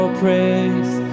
praise